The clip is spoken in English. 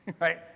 right